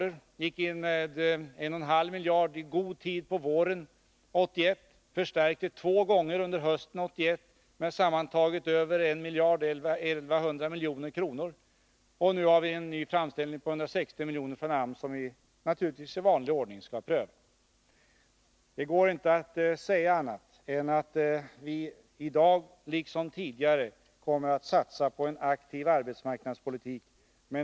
Vi gick in med 1,5 miljarder i god tid på våren 1981, förstärkte två gånger under hösten 1981 med sammantaget 1 100 milj.kr., och nu har vi en ny framställning på 160 milj.kr. från AMS, som vi naturligtvis i vanlig ordning skall pröva. Det går inte att säga annat än att vi nu liksom tidigare kommer att satsa på en aktiv arbetsmarknadspolitik.